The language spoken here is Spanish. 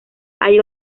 hay